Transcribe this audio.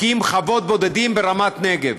הוא הקים חוות בודדים ברמת נגב.